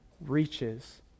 reaches